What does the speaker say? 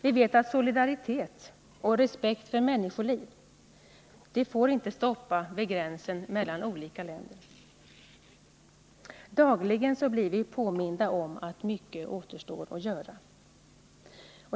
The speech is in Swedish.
Vi vet att solidaritet och respekt för människoliv inte får stoppa vid gränsen mellan olika länder. Dagligen blir vi påminda om att mycket återstår att göra.